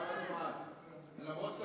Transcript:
נגמר הזמן, למרות שאתה מאוד מעניין אותו.